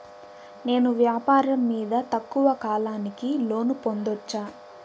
నేను వ్యాపారం మీద తక్కువ కాలానికి లోను పొందొచ్చా?